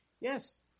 Yes